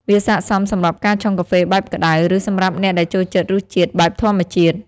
វាស័ក្ដិសមសម្រាប់ការឆុងកាហ្វេបែបក្តៅ ឬសម្រាប់អ្នកដែលចូលចិត្តរសជាតិបែបធម្មជាតិ។